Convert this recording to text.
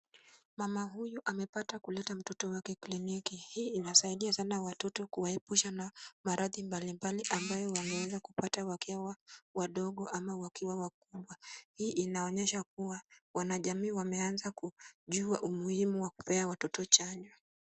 Mama huyu amepata kuleta mtoto wake kliniki. Hii inasaidia sana watoto kuwaepusha na maradhi mbalimbali ambayo wanaweza kupata wakiwa wadogo ama wakiwa wakubwa. Hii inaonyesha kuwa wanajamii wameanza kujua umuhimu wa kupea watoto chanjo.